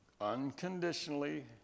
unconditionally